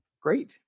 Great